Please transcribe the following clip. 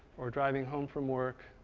or driving home from work.